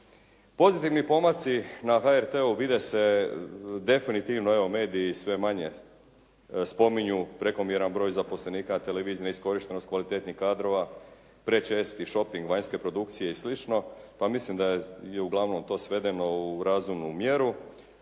Pozitivni pomaci na HRT-u vide se definitivno, evo mediji sve manje spominju prekomjeran broj zaposlenika televizije, neiskorištenost kvalitetnih kadrova, prečesti šoping vanjske produkcije i slično, pa mislim da je uglavnom to svedeno u razumnu mjeru,